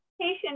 patient